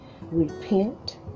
Repent